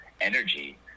energy